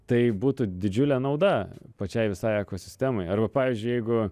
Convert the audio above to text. tai būtų didžiulė nauda pačiai visai ekosistemai arba pavyzdžiui jeigu